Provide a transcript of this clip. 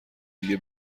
دیگه